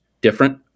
different